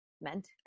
meant